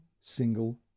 single